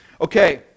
Okay